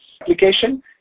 application